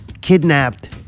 kidnapped